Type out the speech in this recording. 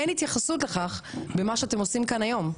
אין התייחסות לכך במה שאתם עושים כאן היום.